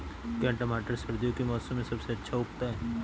क्या टमाटर सर्दियों के मौसम में सबसे अच्छा उगता है?